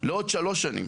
לעוד שנתיים,